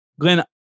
Glenn